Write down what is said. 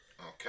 Okay